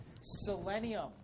Selenium